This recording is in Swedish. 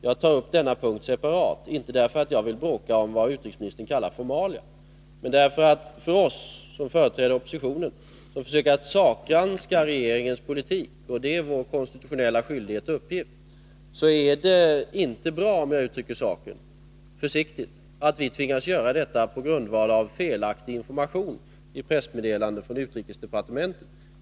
Jag tar upp denna punkt separat, inte därför att jag vill bråka om vad utrikesministern kallar formalia utan därför att det — om jag uttrycker mig försiktigt — inte är bra för oss som företräder oppositionen och som försöker sakgranska politiken — vilket är vår konstitutionella skyldighet och uppgift — om vi tvingas göra det på grundval av felaktig information i pressmeddelanden från utrikesdepartement.